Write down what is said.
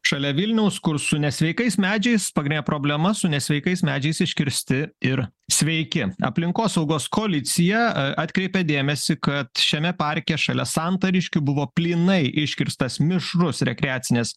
šalia vilniaus kur su nesveikais medžiais pagnė problema su nesveikais medžiais iškirsti ir sveiki aplinkosaugos koalicija a atkreipė dėmesį kad šiame parke šalia santariškių buvo plynai iškirstas mišrus rekreacinės